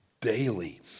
daily